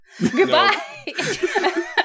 Goodbye